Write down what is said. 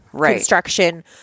construction